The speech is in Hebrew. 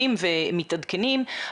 מתוקפים ומתעדכנים,